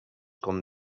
com